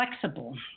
flexible